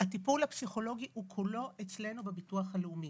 הטיפול הפסיכולוגי הוא כולו אצלנו בביטוח הלאומי.